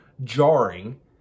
jarring